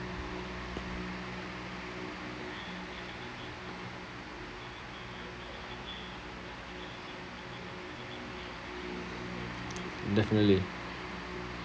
definitely